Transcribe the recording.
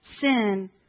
sin